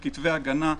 לכתבי הגנה,